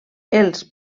els